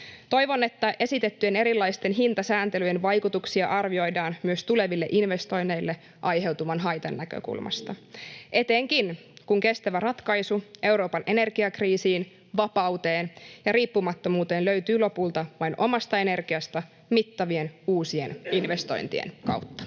Toivon, että esitettyjen erilaisten hintasääntelyjen vaikutuksia arvioidaan myös tuleville investoinneille aiheutuvan haitan näkökulmasta. Etenkin, kun kestävä ratkaisu Euroopan energiakriisiin, vapauteen ja riippumattomuuteen löytyy lopulta vain omasta energiasta mittavien uusien investointien kautta.